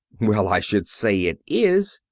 well, i should say it is!